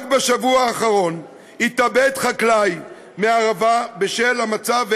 רק בשבוע שעבר התאבד חקלאי מהערבה בשל המצב,